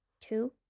two